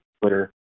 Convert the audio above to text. Twitter